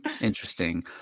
Interesting